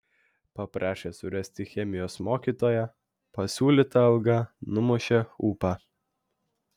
paprašė surasti chemijos mokytoją pasiūlyta alga numušė ūpą